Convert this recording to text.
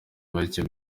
abayoboke